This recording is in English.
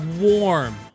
warm